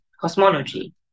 cosmology